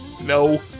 No